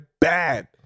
bad